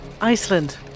Iceland